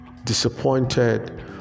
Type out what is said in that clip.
Disappointed